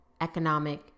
economic